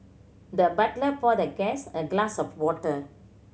the butler poured the guest a glass of water